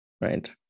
right